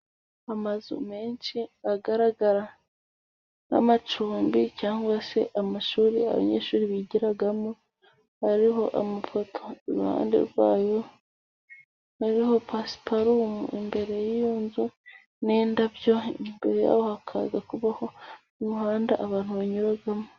Amazu menshi agaragara nk'amacumbi cyangwa se amashuri abanyeshuri bigiramo. Hariho amafoto iruhande rwayo, harihoho pasiparumu imbere y'iyo nzu n'indabyo. Imbere yaho hakaza kubaho umuhanda abantu banyuramo.